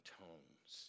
tones